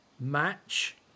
match